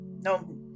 No